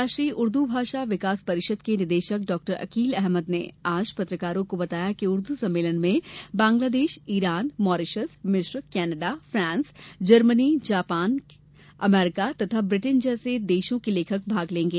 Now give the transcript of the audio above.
राष्ट्रीय उर्दू भाषा विकास परिषद के निदेशक डॉक्टर अकील अहमद ने आज पत्रकारों को बताया कि उर्दू सम्मेलन में बांग्लादेश ईरान मॉरीशस मिस्र Canada France Germany Japan Canada America तथा ब्रिटेन जैसे देशों के लेखक भाग लेंगे